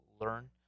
learn